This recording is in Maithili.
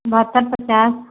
बहत्तरि पचास